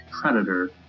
Predator